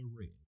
red